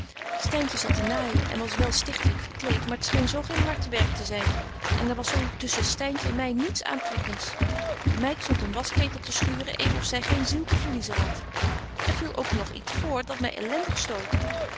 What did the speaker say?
styntje zat te naaijen en was wel stichtelyk gekleet maar t scheen zo geen hartewerk te zyn en daar was zo tusschen styntje en my niets aantrekkents de meid stondt een waschketel te schuren even of zy geen ziel te verliezen hadt er viel ook nog iet voor dat my elendig stootte